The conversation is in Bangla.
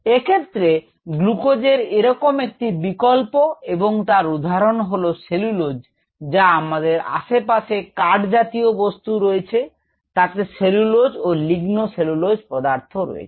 এক্ষেত্রে গ্লুকোজের এরকম একটি বিকল্প এবং তার উদাহরণ হল সেলুলোজ যা আমাদের আশেপাশে কাঠ জাতীয় বস্তু রয়েছে তাতে সেলুলোজ ও লিগনো সেলুলোজ পদার্থ রয়েছে